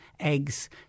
Eggs